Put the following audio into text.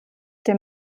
der